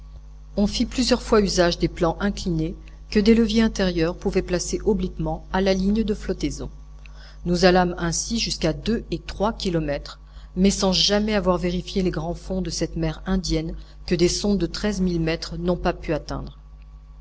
on fit plusieurs fois usage des plans inclinés que des leviers intérieurs pouvaient placer obliquement à la ligne de flottaison nous allâmes ainsi jusqu'à deux et trois kilomètres mais sans jamais avoir vérifié les grands fonds de cette mer indienne que des sondes de treize mille mètres n'ont pas pu atteindre